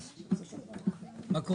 כן.